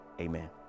amen